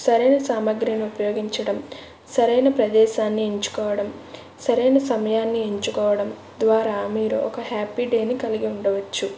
సరైన సామాగ్రిని ఉపయోగించడం సరైన ప్రదేశాన్ని ఎంచుకోవడం సరైన సమయాన్ని ఎంచుకోవడం ద్వారా మీరు ఒక హ్యాపీ డేని కలిగి ఉండవచ్చు